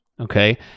Okay